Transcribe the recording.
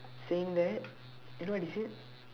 saying that you know what he said